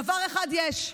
דבר אחד יש,